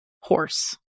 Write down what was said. horse